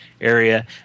area